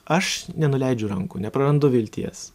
aš nenuleidžiu rankų neprarandu vilties